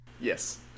Yes